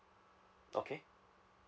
okay